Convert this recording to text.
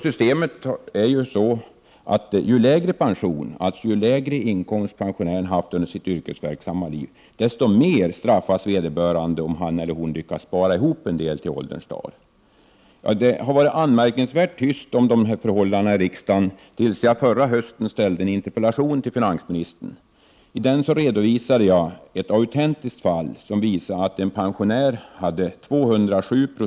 Systemet innebär att ju lägre pension — dvs. ju lägre inkomst pensionären har haft under sitt yrkesverksamma liv — desto mer straffas vederbörande, om han eller hon har lyckats spara ihop en del till ålderns dagar. Det var anmärkningsvärt tyst om dessa förhållanden i riksdagen tills jag förra hösten ställde en interpellation till finansministern. I den redogjorde jag för ett autentiskt fall som visade att en pensionär hade 207 70 marginalef Prot.